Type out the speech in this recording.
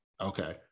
okay